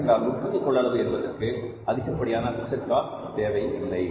ஏனென்றால் உற்பத்தி கொள்ளளவு என்பதற்கு அதிகப்படியான பிக்ஸட் காஸ்ட் தேவையில்லை